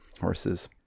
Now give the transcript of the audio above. horses